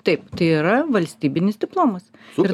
taip tai yra valstybinis diplomas ir